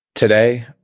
Today